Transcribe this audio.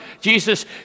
Jesus